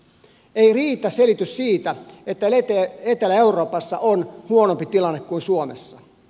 ei riitä selitys siitä että etelä euroopassa on huonompi tilanne kuin suomessa